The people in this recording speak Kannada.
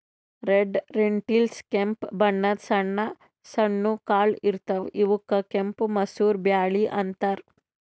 ರೆಡ್ ರೆಂಟಿಲ್ಸ್ ಕೆಂಪ್ ಬಣ್ಣದ್ ಸಣ್ಣ ಸಣ್ಣು ಕಾಳ್ ಇರ್ತವ್ ಇವಕ್ಕ್ ಕೆಂಪ್ ಮಸೂರ್ ಬ್ಯಾಳಿ ಅಂತಾರ್